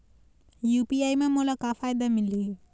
UPI म मोला का फायदा मिलही?